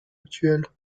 actuelle